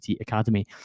Academy